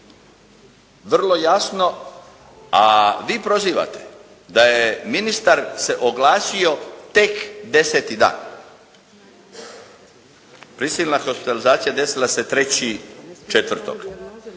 vrlo jasno, a vi prozivate da je ministar se oglasio tek deseti dan. Prisilna hospitalizacija desila se 10.4., ja kao